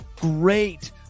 Great